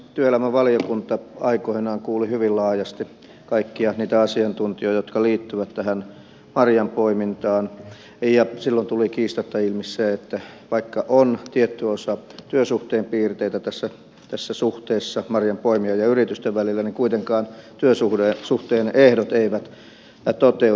työelämävaliokunta aikoinaan kuuli hyvin laajasti kaikkia niitä asiantuntijoita jotka liittyvät tähän marjanpoimintaan ja silloin tuli kiistatta ilmi se että vaikka on tietty osa työsuhteen piirteitä tässä suhteessa marjanpoimijan ja yritysten välillä niin kuitenkaan työsuhteen ehdot eivät toteudu